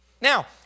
Now